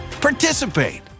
participate